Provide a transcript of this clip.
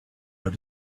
out